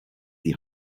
die